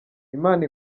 imana